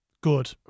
good